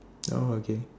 oh okay